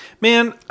Man